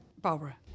Barbara